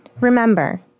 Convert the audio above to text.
Remember